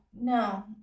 No